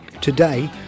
Today